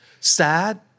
Sad